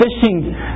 fishing